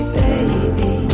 baby